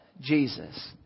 Jesus